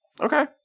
Okay